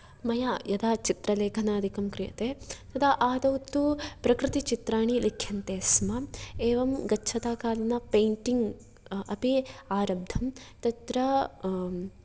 मया यदा चित्रलेखनादिकं क्रियते तदा आदौ तु प्रकृति चित्राणि लिख्यन्ते स्म एवं गच्छता कालेन पेण्टिङ्ग् अपि आरब्धं तत्र